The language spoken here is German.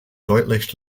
deutlich